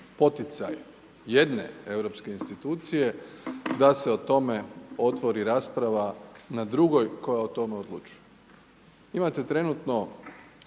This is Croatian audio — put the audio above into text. poticaje jedne europske institucije da se o tome otvori rasprava na drugoj koja o tome odlučuje. Imate trenutno